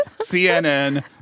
CNN